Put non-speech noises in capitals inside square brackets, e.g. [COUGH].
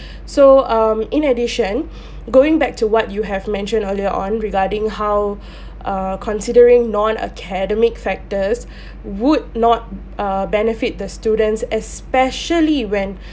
so um in addition [BREATH] going back to what you have mentioned earlier on regarding how [BREATH] uh considering non academic factors [BREATH] would not uh benefit the students especially when